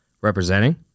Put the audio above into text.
representing